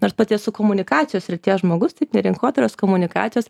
nors pati esu komunikacijos srities žmogus taip ne rinkodaros komunikacijos